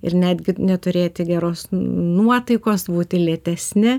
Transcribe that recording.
ir netgi neturėti geros nuotaikos būti lėtesni